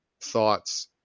thoughts